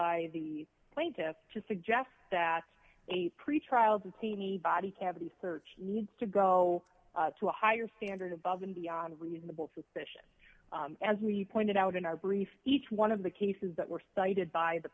by the plaintiffs to suggest that a pre trials of teenie body cavity search needs to go to a higher standard above and beyond reasonable suspicion as we pointed out in our brief each one of the cases that were cited by the